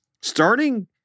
starting